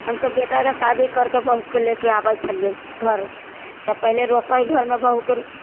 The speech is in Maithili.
हमसब बेटाके शादी करिकऽ बहूके लऽ कऽ आबै छलिए घर तऽ पहिले रसोइघरमे बहूके